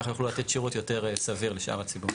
כך יוכלו לתת שירות יותר סביר לשאר הציבור.